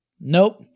Nope